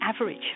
average